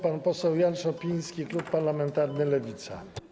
Pan poseł Jan Szopiński, klub parlamentarny Lewica.